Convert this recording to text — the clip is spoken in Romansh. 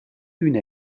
üna